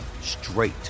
straight